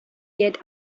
yet